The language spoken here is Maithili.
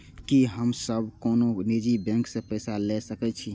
की हम सब कोनो निजी बैंक से पैसा ले सके छी?